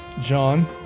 John